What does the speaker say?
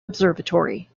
observatory